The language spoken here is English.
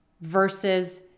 versus